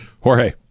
jorge